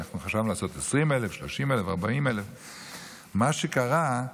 חשבנו לעשות 20,000, 30,000, 40,000. מה שקרה זה